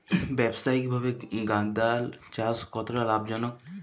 ব্যবসায়িকভাবে গাঁদার চাষ কতটা লাভজনক?